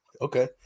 Okay